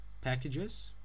packages